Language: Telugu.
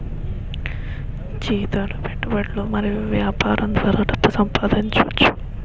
జీతాలు పెట్టుబడులు మరియు యాపారం ద్వారా డబ్బు సంపాదించోచ్చు